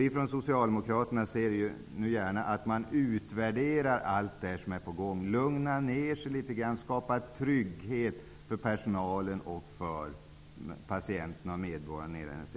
Vi socialdemokrater ser gärna att man utvärderar allt det som nu är på gång, lugnar ner sig litet grand och skapar trygghet för personalen, patienterna och medborgarna i övrigt.